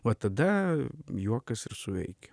va tada juokas ir suveikia